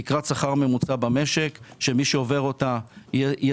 תקרת שכר ממוצע אחת במשק שמי שעובר אותה יהיה